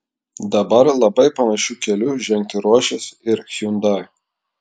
dabar labai panašiu keliu žengti ruošiasi ir hyundai